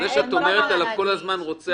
זה שאת אומרת עליו כל הזמן "רוצח",